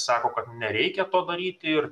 sako kad nereikia to daryti ir